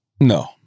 No